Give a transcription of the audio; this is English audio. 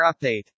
Update